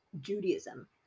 Judaism